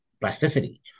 plasticity